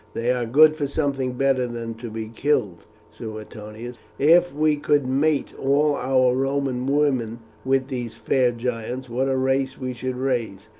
they are good for something better than to be killed, suetonius if we could mate all our roman women with these fair giants, what a race we should raise!